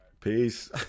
Peace